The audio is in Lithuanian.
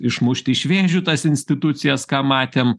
išmušti iš vėžių tas institucijas ką matėm